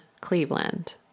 Cleveland